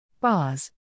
Bars